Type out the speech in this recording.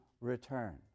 return